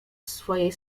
swojej